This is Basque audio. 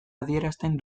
adierazten